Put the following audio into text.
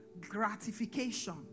gratification